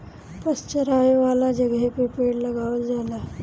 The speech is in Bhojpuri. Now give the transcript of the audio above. पशु चरावे वाला जगहे पे पेड़ लगावल जाला